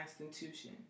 institution